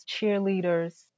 cheerleaders